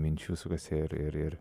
minčių sukasi ir ir